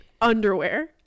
underwear